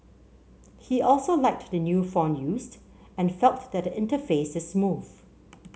he also liked the new font used and felt that the interface is smooth